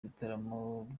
igitaramo